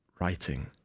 writing